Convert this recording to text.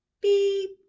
Beep